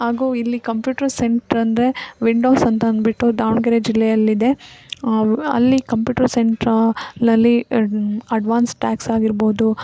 ಹಾಗೂ ಇಲ್ಲಿ computer centre ಅಂದರೆ ವಿಂಡೋಸ್ ಅಂತ ಅಂದ್ಬಿಟ್ಟು ದಾವಣಗೆರೆ ಜಿಲ್ಲೆಯಲ್ಲಿದೆ ಅಲ್ಲಿ ಕಂಪ್ಯೂಟರ್ ಸೆಂಟ್ರಲಲ್ಲಿ ಅಡ್ವಾನ್ಸ್ ಟ್ಯಾಕ್ಸ್ ಆಗಿರ್ಬೋದು